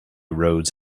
roads